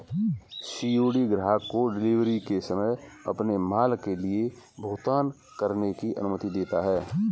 COD ग्राहक को delivery के समय अपने माल के लिए भुगतान करने की अनुमति देता है